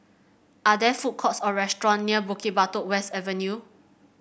are there food courts or restaurant near Bukit Batok West Avenue